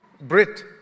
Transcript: Brit